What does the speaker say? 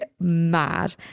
mad